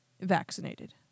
vaccinated